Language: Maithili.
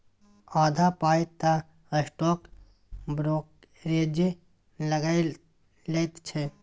आधा पाय तँ स्टॉक ब्रोकरेजे लए लैत छै